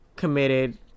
Committed